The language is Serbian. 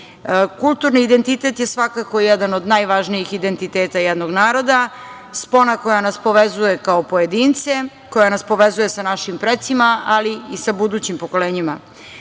nasleđe. Kulturni identitet je svakako jedan od najvažnijih identiteta jednog naroda, spona koja nas povezuje kao pojedince, koja nas povezuje sa našim precima, ali i sa budućim pokolenjima.